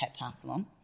heptathlon